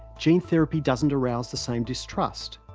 gene therapy doesn't arouse the same distrust,